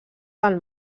del